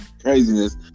Craziness